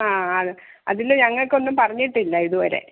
ആ ആണ് അതിൽ ഞങ്ങൾക്കൊന്നും പറഞ്ഞിട്ടില്ല ഇതുവരെ